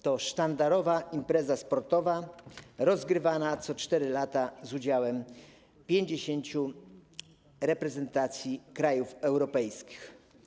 To sztandarowa impreza sportowa, rozgrywana co 4 lata z udziałem 50 reprezentacji krajów europejskich.